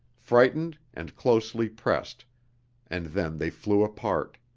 frightened and closely pressed and then they flew apart.